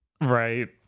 Right